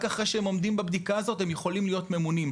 אחרי הם עומדים בבדיקה הזאת הם יכולים להיות ממוני,